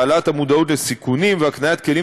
להעלאת המודעות לסיכונים ולהקניית כלים